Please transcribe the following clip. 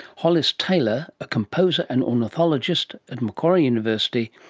hollis taylor, a composer and ornithologist at macquarie university,